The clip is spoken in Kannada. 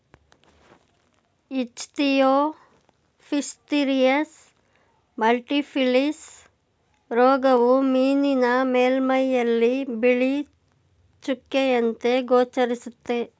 ಇಚ್ಥಿಯೋಫ್ಥಿರಿಯಸ್ ಮಲ್ಟಿಫಿಲಿಸ್ ರೋಗವು ಮೀನಿನ ಮೇಲ್ಮೈಯಲ್ಲಿ ಬಿಳಿ ಚುಕ್ಕೆಯಂತೆ ಗೋಚರಿಸುತ್ತೆ